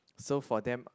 so for them